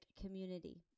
community